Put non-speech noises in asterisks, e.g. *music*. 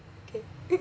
K *laughs*